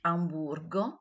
Amburgo